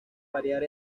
variar